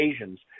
occasions